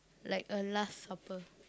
like a last supper